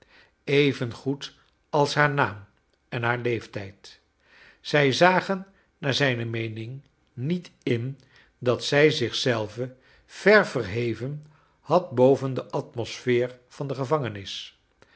goed als haar naam en haar leeftijd zij zagen naar zijne meening niet in dat zij zich zelve ver verheven had boven de atmosf eer van de gevangenis